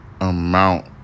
amount